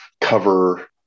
cover